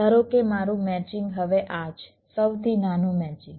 ધારો કે મારું મેચિંગ હવે આ છે સૌથી નાનું મેચિંગ